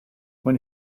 when